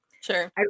Sure